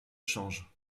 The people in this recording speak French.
change